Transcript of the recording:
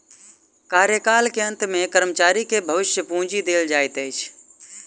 कार्यकाल के अंत में कर्मचारी के भविष्य पूंजी देल जाइत अछि